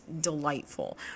delightful